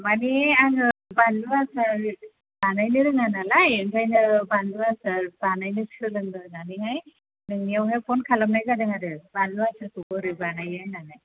माने आङो बानलु आसार बानायनो रोङा नालाय ओंखायनो बानलु आसार बानायनो सोलोंनो होननानैहाय नोंनियावहाय फन खालामनाय जादों आरो बानलु आसारखौ बोरै बानायो होननानै